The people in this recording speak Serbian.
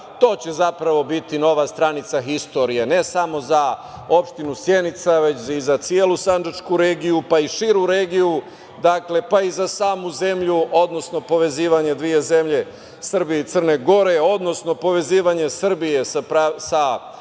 To će zapravo biti nova stranica istorije, ne samo za opštinu Sjenica, već i za celu sandžačku regiju, pa i širu regiju, pa i za samu zemlju, odnosno povezivanje dve zemlje, Srbije i Crne Gore, odnosno povezivanje Srbije sa